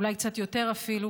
אולי קצת יותר אפילו,